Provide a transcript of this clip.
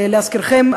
ולהזכירכם,